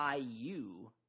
IU